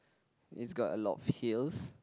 it's got a lot of hills